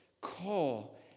call